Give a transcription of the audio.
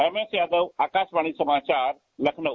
MS Yadav Akashvani समाचार लखनऊ